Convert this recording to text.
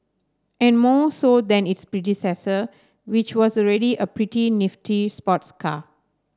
and more so than its predecessor which was already a pretty nifty sports car